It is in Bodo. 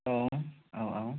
औ औ औ